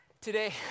Today